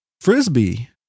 Frisbee